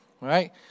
Right